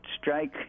strike